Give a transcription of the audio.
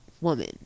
Woman